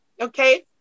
Okay